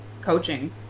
coaching